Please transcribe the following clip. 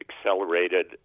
accelerated